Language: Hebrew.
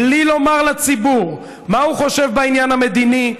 בלי לומר לציבור מה הוא חושב בעניין המדיני,